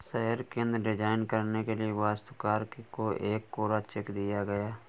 शहर केंद्र डिजाइन करने के लिए वास्तुकार को एक कोरा चेक दिया गया